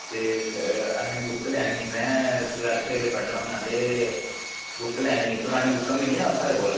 ते अहें बुक लैनी मैं टवैल्थ च पढ़ना होना ते बुक लैनी परानी बुकां मिलदियां उत्थुआं थोआड़े कोल